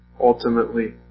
ultimately